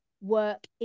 work